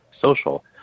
social